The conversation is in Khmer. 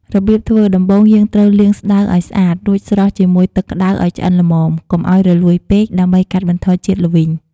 របៀបធ្វើដំបូងយើងត្រូវលាងស្តៅ ឲ្យស្អាត រួចស្រុះជាមួយទឹកក្តៅឲ្យឆ្អិនល្មម កុំឲ្យរលួយពេក ដើម្បីកាត់បន្ថយជាតិល្វីង។